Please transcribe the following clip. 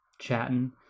chatting